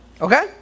Okay